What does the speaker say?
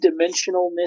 dimensionalness